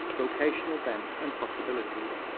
vocational bents and possibilities.